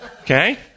Okay